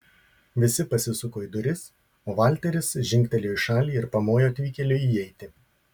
visi pasisuko į duris o valteris žingtelėjo į šalį ir pamojo atvykėliui įeiti